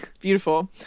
Beautiful